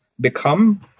become